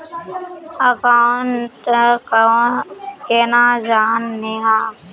Account केना जाननेहव?